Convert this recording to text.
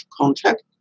contact